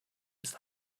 ist